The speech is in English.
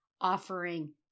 offering